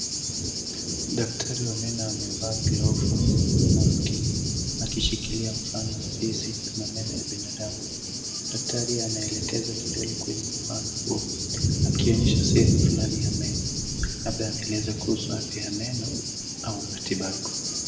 Daktari wa meno amevaa glovu na maski akishikilia mfano wa fizi na meno wa binadamu .Daktari anaelekeza kidole kwenye mfano huo akionyesha sehemu fulani ya meno labda anaeleza kuhusu meno au matibabu.